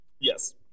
Yes